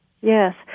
Yes